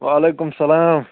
وعلیکُم اسَلام